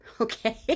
Okay